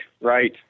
right